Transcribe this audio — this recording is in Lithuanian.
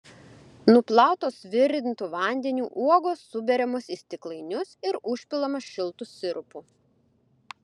nuplautos virintu vandeniu uogos suberiamos į stiklainius ir užpilamos šiltu sirupu